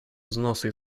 взносы